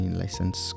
license